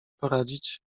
poradzić